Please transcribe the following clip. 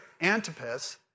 Antipas